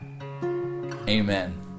Amen